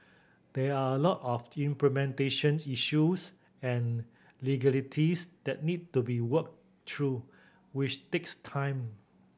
there are a lot of implementations issues and legalities that need to be worked through which takes time